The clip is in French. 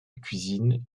cuisine